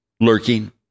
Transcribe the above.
lurking